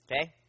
Okay